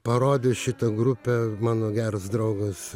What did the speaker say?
parodė šitą grupę mano geras draugas